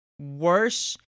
worse